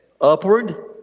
upward